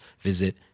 visit